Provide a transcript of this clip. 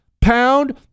Pound